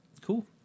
cool